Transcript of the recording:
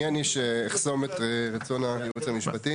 מי אני שאחסום את רצון הייעוץ המשפטי.